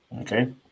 Okay